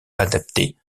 adaptées